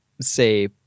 say